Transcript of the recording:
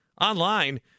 online